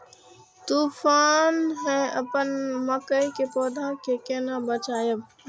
तुफान है अपन मकई के पौधा के केना बचायब?